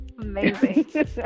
Amazing